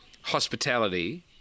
hospitality